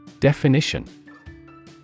Definition